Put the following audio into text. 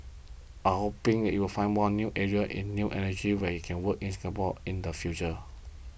I'm hoping you will find more new areas in new energies we can what work in Singapore in the future